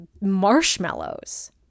marshmallows